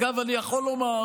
אגב, אני יכול לומר